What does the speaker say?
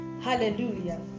hallelujah